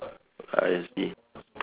I see